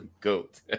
goat